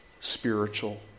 spiritual